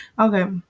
okay